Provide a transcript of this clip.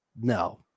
No